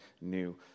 new